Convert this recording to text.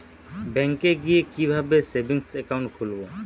ব্যাঙ্কে গিয়ে কিভাবে সেভিংস একাউন্ট খুলব?